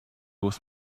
was